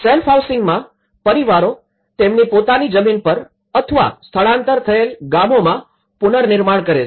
self હાઉસિંગમાં પરિવારો તેમની પોતાની જમીન પર અથવા સ્થળાંતર થયેલ ગામોમાં પુનર્નિર્માણમાં કરે છે